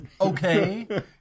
okay